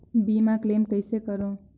बीमा क्लेम कइसे करों?